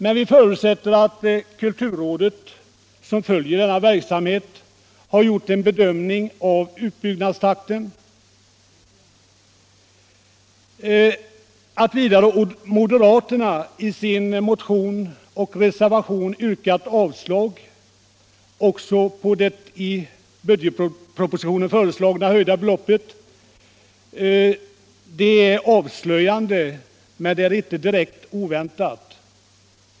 Men vi förutsätter att kulturrådet, som följer denna verksamhet, har gjort en bedömning av utbyggnads Att moderaterna i sin motion och sin reservation yrkat avslag också på det i budgetpropositionen föreslagna höjda beloppet är avslöjande men inte direkt oväntat.